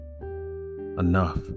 enough